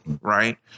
right